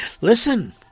Listen